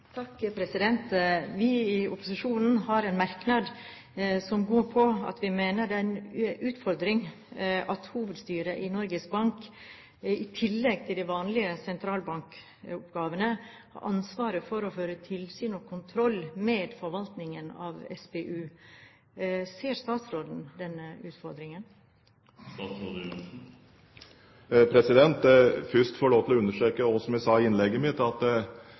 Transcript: Vi i opposisjonen har en merknad som går på at vi mener at det er en utfordring at hovedstyret i Norges Bank i tillegg til de vanlige sentralbankoppgavene har ansvaret for å føre tilsyn og kontroll med forvaltningen av SPU. Ser statsråden denne utfordringen? La meg først få lov til å understreke det jeg sa i innlegget mitt, at